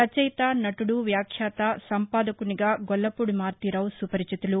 రచయిత నటుడు వ్యాఖ్యాత సంపాదకీయంగా గొల్లపూడి మారుతీరావు సుపరిచితులు